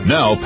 Now